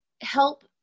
help